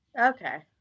Okay